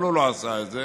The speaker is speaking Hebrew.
אבל הוא לא עשה את זה.